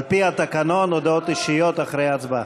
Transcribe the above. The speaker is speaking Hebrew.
על-פי התקנון, הודעות אישיות אחרי ההצבעה.